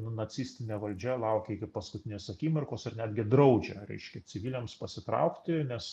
nacistinė valdžia laukė iki paskutinės akimirkos ir netgi draudžia reiškia civiliams pasitraukti nes